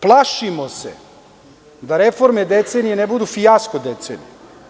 Plašimo se da reforme decenije ne budu fijasko decenije.